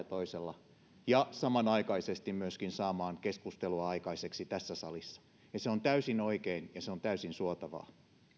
toisella ja samanaikaisesti myöskin saamaan keskustelua aikaiseksi tässä salissa se on täysin oikein ja se on täysin suotavaa